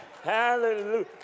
Hallelujah